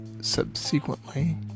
subsequently